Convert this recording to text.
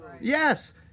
Yes